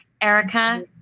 Erica